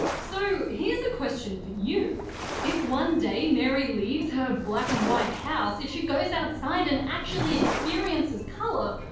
so here's a question for you if one day mary leaves her black and white house, if she goes outside and actually experiences color,